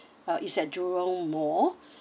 uh it's at jurong mall